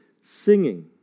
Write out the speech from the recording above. singing